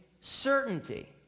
certainty